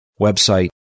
website